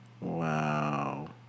Wow